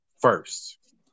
first